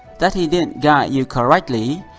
that he didn't guide you correctly!